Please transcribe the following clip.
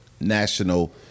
national